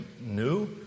new